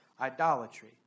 idolatry